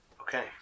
Okay